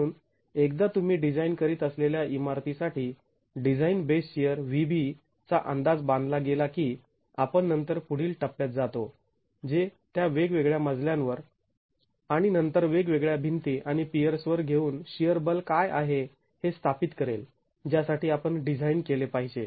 म्हणून एकदा तुम्ही डिझाईन करीत असलेल्या इमारती साठी डिझाईन बेस शिअर VB चा अंदाज बांधला की आपण नंतर पुढील टप्प्यात जातो जे त्या वेगवेगळ्या मजल्यांवर आणि नंतर वेगवेगळ्या भिंती आणि पीयर्स वर घेऊन शिअर बल काय आहे हे स्थापित करेल ज्यासाठी आपण डिझाईन केले पाहिजे